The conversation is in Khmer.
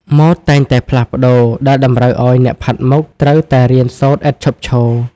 ម៉ូដតែងតែផ្លាស់ប្តូរ ដែលតម្រូវឱ្យអ្នកផាត់មុខត្រូវតែរៀនសូត្រឥតឈប់ឈរ។